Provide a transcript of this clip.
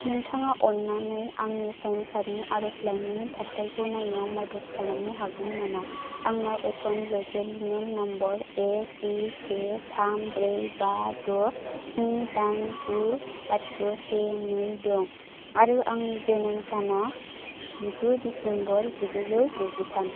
नोंथाङा अन्नानै आंनि पैन कार्ड नि आरजलाइनि थाथायखौ नायनायाव मदद खालामनो हागोन नामा आंनाव एकनलेजमेन्ट नम्बर एसिके थाम ब्रै बा द' स्नि दाइन गु लाथिख' से नै दं आरो आंनि जोनोम साना जिगु डिसेम्बर जिगुजौ गुजिथाम